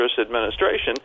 administration